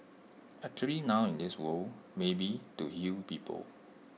actually now in this world maybe to heal people